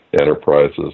enterprises